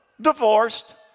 divorced